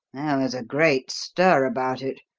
was a great stir about it.